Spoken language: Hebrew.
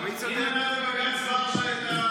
מי מנע את חוק הפיקדון?